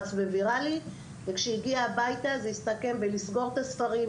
שרץ וויראלי וכשהיא הגיעה הביתה זה הסתכם בלסגור את הספרים,